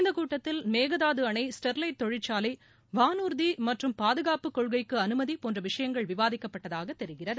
இந்த கூட்டத்தில் மேகதாது அணை ஸ்டெர்வைட் தொழிற்சாலை வானூர்தி மற்றும்ம பாதுகாப்பு கொள்கைக்கு அனுமதி போன்ற விஷயங்கள் விவாதிக்கப்பட்டதாக தெரிகிறது